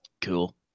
cool